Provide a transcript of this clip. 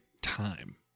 time